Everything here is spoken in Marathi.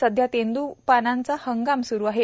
सद्या तेंदूपानांचा हंगाम स्रु आहे